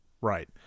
Right